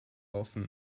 often